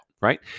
right